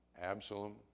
Absalom